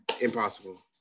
impossible